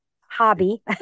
hobby